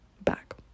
back